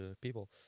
people